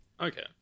okay